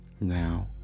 now